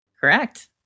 Correct